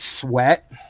sweat